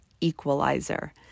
equalizer